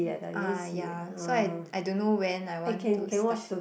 uh ya so I I don't know when I want to start